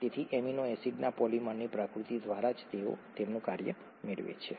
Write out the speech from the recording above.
તેથી એમિનો એસિડના પોલિમરની પ્રકૃતિ દ્વારા જ તેઓ તેમનું કાર્ય મેળવે છે